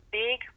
big